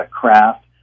craft